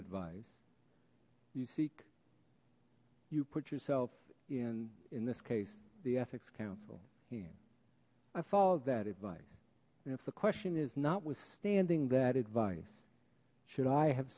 advice you seek you put yourself in in this case the ethics counsel and i followed that advice if the question is notwithstanding that advice should i have